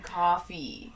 coffee